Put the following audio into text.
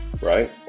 right